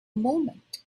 moment